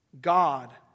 God